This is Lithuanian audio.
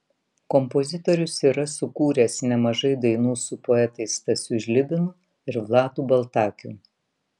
kompozitorius yra sukūręs nemažai dainų su poetais stasiu žlibinu ir vladu baltakiu